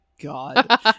God